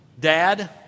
Dad